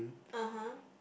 (uh huh)